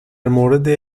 مورد